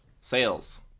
sales